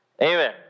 amen